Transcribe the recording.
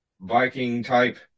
Viking-type